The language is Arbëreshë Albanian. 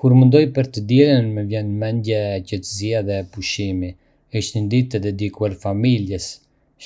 Kur mendoj për të dielën, më vjen në mendje qetësia dhe pushimi. Është një ditë e dedikuar familjes,